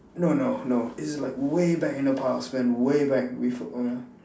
no no no it's like way back in the past man way back with